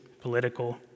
political